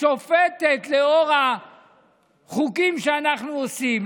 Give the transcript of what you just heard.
שופטת לאור החוקים שאנחנו עושים.